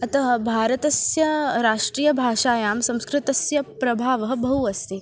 अतः भारतस्य राष्ट्रीयभाषायां संस्कृतस्य प्रभावः बहु अस्ति